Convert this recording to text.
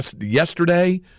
yesterday